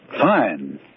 Fine